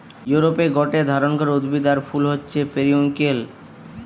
ইউরোপে গটে ধরণকার উদ্ভিদ আর ফুল হচ্ছে পেরিউইঙ্কেল